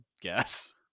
guess